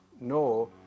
no